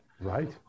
Right